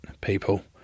people